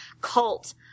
Cult